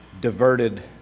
diverted